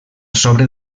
sobre